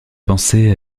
pensée